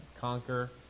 conquer